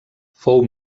fou